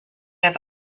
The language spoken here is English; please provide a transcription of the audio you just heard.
have